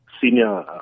senior